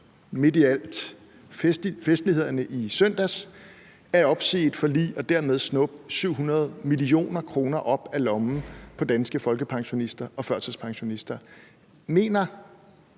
midt under alle festlighederne i søndags at opsige et forlig og dermed snuppe 700 mio. kr. op af lommen på danske folkepensionister og førtidspensionister. Mener